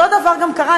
אותו הדבר גם קרה,